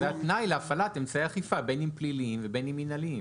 זה התנאי להפעלת אמצעי אכיפה בין אם פליליים ובין אם מינהליים.